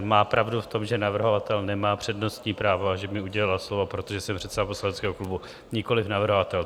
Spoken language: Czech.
Má pravdu v tom, že navrhovatel nemá přednostní právo a že mi udělila slovo, protože jsem předseda poslaneckého klubu, nikoliv navrhovatel.